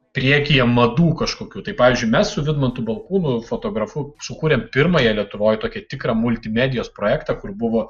priekyje madų kažkokių tai pavyzdžiui mes su vidmantu balkūnu fotografu sukūrėm pirmąją lietuvoj tokį tikrą multimedijos projektą kur buvo